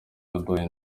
waduhaye